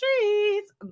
streets